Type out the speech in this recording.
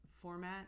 format